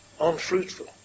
unfruitful